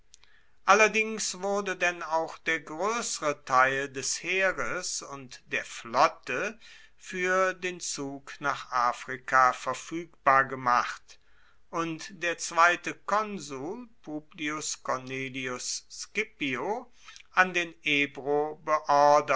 allerdings wurde denn auch der groessere teil des heeres und der flotte fuer den zug nach afrika verfuegbar gemacht und der zweite konsul publius cornelius scipio an den ebro